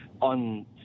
on